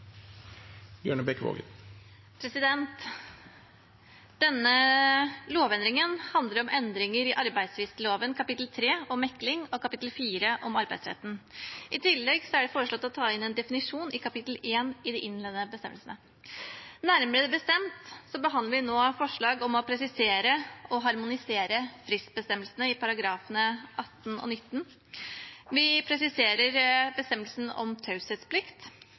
og 3. Denne lovendringen handler om endringer i arbeidstvistloven kapittel 3, om mekling, og kapittel 4, om Arbeidsretten. I tillegg er det foreslått å ta inn en definisjon i kapittel 1, de innledende bestemmelsene. Nærmere bestemt behandler vi nå forslag om å presisere og harmonisere fristbestemmelsene i §§ 18 og 19. Vi presiserer bestemmelsen om